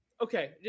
okay